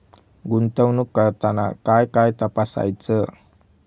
गुंतवणूक करताना काय काय तपासायच?